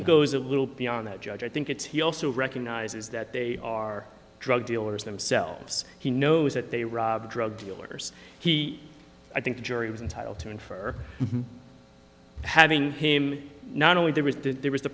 it goes a little beyond that judge i think it's he also recognizes that they are drug dealers themselves he knows that they rob drug dealers he i think the jury was entitle to him for having him not only there was that there was